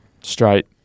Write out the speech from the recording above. straight